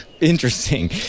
Interesting